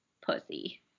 pussy